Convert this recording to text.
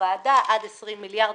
הוועדה עד 20 מיליארד,